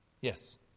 Yes